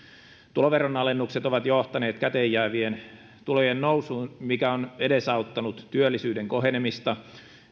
tuloveron alennukset ovat johtaneet käteenjäävien tulojen nousuun mikä on edesauttanut työllisyyden kohenemista